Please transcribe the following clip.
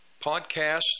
Podcasts